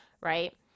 right